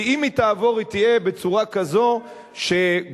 ואם היא תעבור היא תהיה בצורה כזאת שגורמת